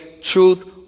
truth